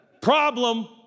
Problem